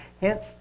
Hence